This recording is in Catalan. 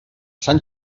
sant